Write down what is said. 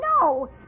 No